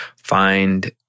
find